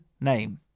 name